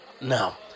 Now